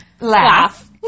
laugh